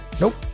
Nope